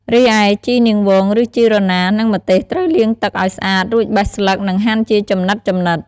រីឯជីនាងវង ឬជីរណា និងម្ទេសត្រូវលាងទឹកឱ្យស្អាត រួចបេះស្លឹក និងហាន់ជាចំណិតៗ។